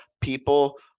people